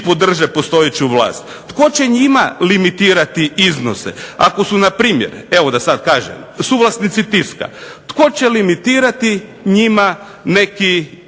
podrže postojeću vlast. Tko će njima limitirati iznose? Ako su na primjer evo da sada kažem suvlasnici Tiska, tko će limitirati njima neki